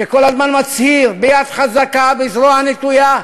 שכל הזמן מצהיר: ביד חזקה, בזרוע נטויה,